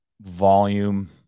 volume